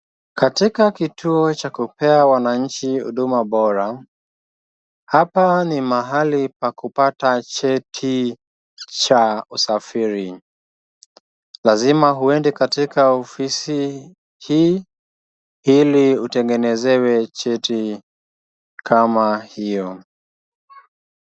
Katika kituo cha kupea wananchi huduma bora, hapa ni mahali pa kupata cheti cha usafiri. Lazima uende katika ofisi hii, ili utengenezewe cheti kama hiyo.